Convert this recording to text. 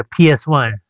PS1